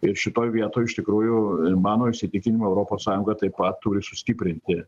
ir šitoj vietoj iš tikrųjų mano įsitikinimu europos sąjunga taip pat turi sustiprinti